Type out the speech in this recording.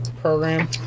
program